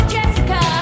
Jessica